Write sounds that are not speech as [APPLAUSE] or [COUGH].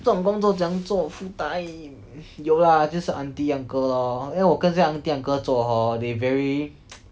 这种工作怎样做 full time 有啦就是 auntie uncle lor then 我跟这些 auntie uncle 做 hor they very [NOISE]